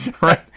Right